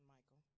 Michael